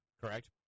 correct